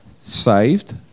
saved